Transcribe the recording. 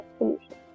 solution